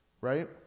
right